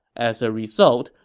as a result,